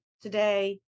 today